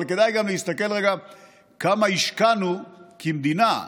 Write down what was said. אבל כדאי גם להסתכל רגע כמה השקענו כמדינה,